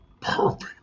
perfect